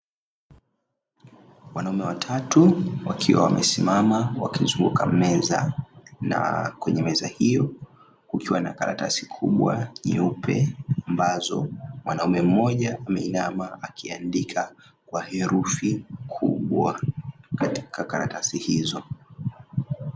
Wanaume watatu wakiwa wamesimama wakizunguka meza, na kwenye meza hiyo kukiwa na karatasi kubwa nyeupe, ambazo mwanaume mmoja ameinama akiandika kwa herufi kubwa katika karatasi hizo.